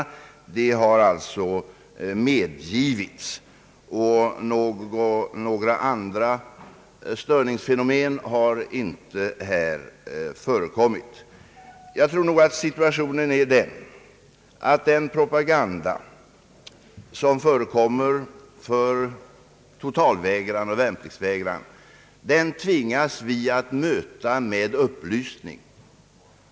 Aktioner i form av utdelning av flygblad har alltså medgivits. Andra störningsfenomen har inte förekommit. Situationen är nog den att vi tvingas möta propagandan för totalvägran och värnpliktsvägran med upplysning.